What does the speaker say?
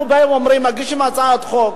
אנחנו מגישים הצעת חוק,